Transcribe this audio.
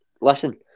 listen